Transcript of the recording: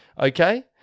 okay